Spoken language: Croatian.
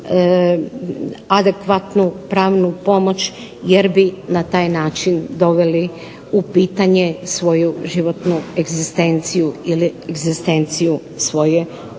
adekvatnu pravnu pomoć, jer bi na taj način doveli u pitanje svoju životnu egzistenciju ili egzistenciju svoje obitelji.